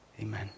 Amen